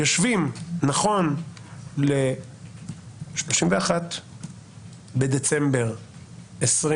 נכון ל-31 בדצמבר 2020,